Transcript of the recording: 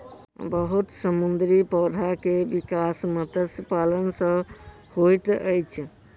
बहुत समुद्री पौधा के विकास मत्स्य पालन सॅ होइत अछि